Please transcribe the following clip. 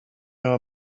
know